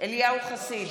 אליהו חסיד,